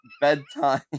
bedtime